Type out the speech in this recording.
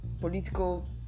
political